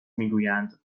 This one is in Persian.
میگویند